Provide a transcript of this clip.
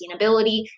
sustainability